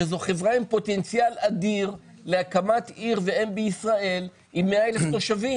שזאת חברה עם פוטנציאל אדיר להקמת עיר ואם בישראל עם 100,000 תושבים.